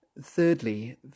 Thirdly